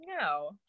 no